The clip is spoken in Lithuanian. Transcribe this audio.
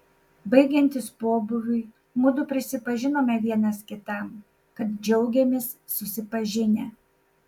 baigiantis pobūviui mudu prisipažinome vienas kitam kad džiaugėmės susipažinę